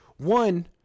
One